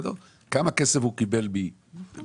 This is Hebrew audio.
כמה כסף הוא קיבל ממעסיק